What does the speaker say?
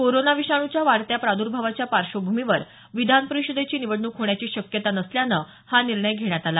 corona विषाणुच्या वाढत्या प्राद्भावाच्या पार्श्वभूमीवर विधान परिषदेची निवडणूक होण्याची शक्यता नसल्यानं हा निर्णय घेण्यात आला